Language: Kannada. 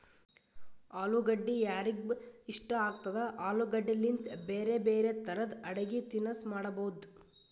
ಅಲುಗಡ್ಡಿ ಯಾರಿಗ್ಬಿ ಇಷ್ಟ ಆಗ್ತದ, ಆಲೂಗಡ್ಡಿಲಿಂತ್ ಬ್ಯಾರೆ ಬ್ಯಾರೆ ತರದ್ ಅಡಗಿ ತಿನಸ್ ಮಾಡಬಹುದ್